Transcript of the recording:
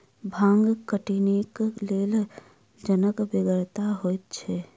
भांग कटनीक लेल जनक बेगरता होइते छै